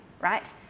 right